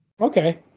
Okay